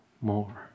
more